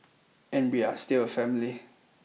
and we are still a family